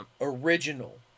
original